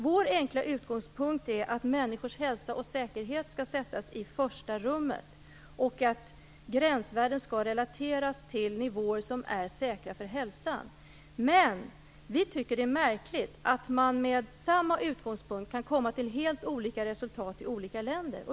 Vår enkla utgångspunkt är att människors hälsa och säkerhet skall sättas i första rummet och att gränsvärdet skall relateras till nivåer som är säkra för hälsan. Men vi tycker att det är märkligt att man med samma utgångspunkt kan komma till helt olika resultat i olika länder.